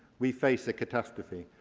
we face a catastrophe,